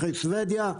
אחרי שבדיה,